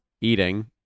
Eating